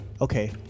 Okay